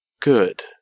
Good